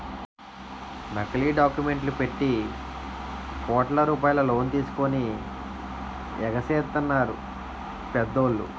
నకిలీ డాక్యుమెంట్లు పెట్టి కోట్ల రూపాయలు లోన్ తీసుకొని ఎగేసెత్తన్నారు పెద్దోళ్ళు